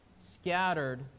scattered